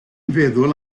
feddwl